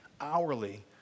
hourly